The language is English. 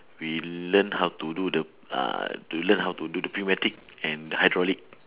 we learn how to do the uh to learn how to do the prismatic and hydraulic